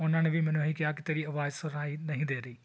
ਉਹਨਾਂ ਨੇ ਵੀ ਮੈਨੂੰ ਇਹ ਕਿਹਾ ਕਿ ਤੇਰੀ ਅਵਾਜ਼ ਸੁਣਾਈ ਨਹੀਂ ਦੇ ਰਹੀ